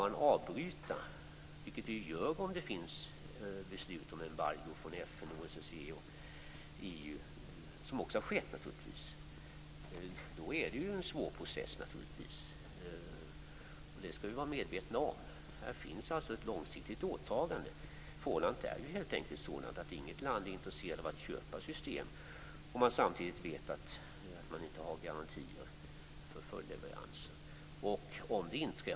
Att avbryta dessa leveranser är naturligtvis en svår process, men det blir förstås följden om det finns beslut om embargo från FN, OSSE eller EU, och så har också skett. Här finns alltså ett långsiktigt åtagande. Förhållandet är helt enkelt sådant att inget land är intresserat av att köpa system om man samtidigt vet att det inte finns garantier för följdleveranser.